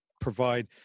provide